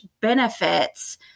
benefits